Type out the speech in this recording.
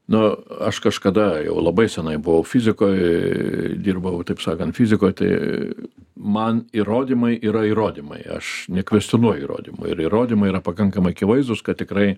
nu aš kažkada jau labai senai buvau fizikoj dirbau taip sakant fizikoj tai man įrodymai yra įrodymai aš nekvestionuoju įrodymų ir įrodymai yra pakankamai akivaizdūs kad tikrai